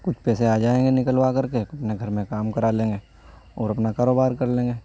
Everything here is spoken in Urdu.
کچھ پیسے آ جائیں گے نکلوا کر کے اپنے گھر میں کام کرا لیں گے اور اپنا کاروبار کر لیں گے